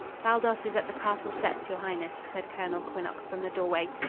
baldos is at the castle steps, your highness, said colonel quinnox from the doorway.